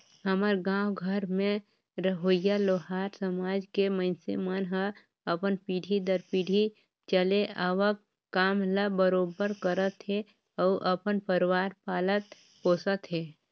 हमर गाँव घर में रहोइया लोहार समाज के मइनसे मन ह अपन पीढ़ी दर पीढ़ी चले आवक काम ल बरोबर करत हे अउ अपन परवार पालत पोसत हे